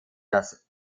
das